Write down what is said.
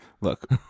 look